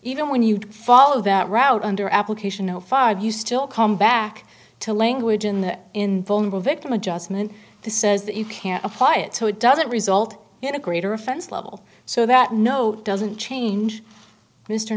even when you follow that route under application five you still come back to language in the invulnerable victim adjustment to says that you can't apply it so it doesn't result in a greater offense level so that no doesn't change mr